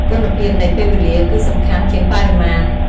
គុណភាពនៃពេលវេលាគឺសំខាន់ជាងបរិមាណ។